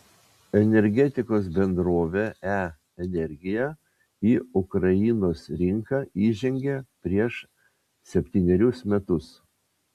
energetikos bendrovė e energija į ukrainos rinką įžengė prieš septynerius metus